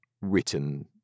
written